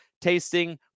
tasting